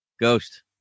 ghost